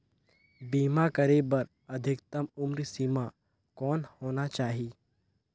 बीमा करे बर अधिकतम उम्र सीमा कौन होना चाही?